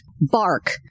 bark